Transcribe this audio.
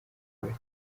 bacye